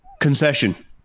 Concession